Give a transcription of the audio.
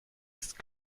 ist